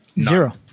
Zero